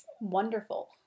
Wonderful